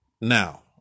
Now